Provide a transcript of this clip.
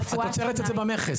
אבל --- את עוצרת את זה במכס,